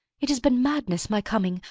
it has been madness my coming.